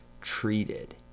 treated